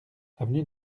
avenue